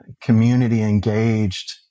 community-engaged